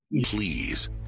Please